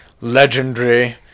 legendary